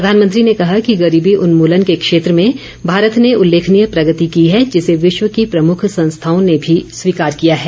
प्रधानमंत्री ने कहा कि गरीबी उन्मूलन के क्षेत्र में भारत ने उल्लेखनीय प्रगति की है जिसे विश्व की प्रमुख संस्थाओं ने भी स्वीकार किया है